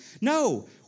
No